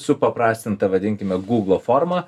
supaprastinta vadinkime gūglo forma